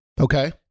Okay